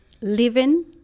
living